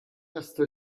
miasto